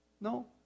No